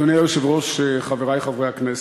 אדוני היושב-ראש, חברי חברי הכנסת,